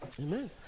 Amen